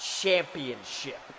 championship